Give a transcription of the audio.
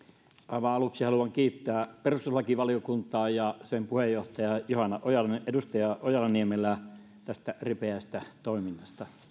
aivan aluksi haluan kiittää perustuslakivaliokuntaa ja sen puheenjohtajaa edustaja ojala niemelää tästä ripeästä toiminnasta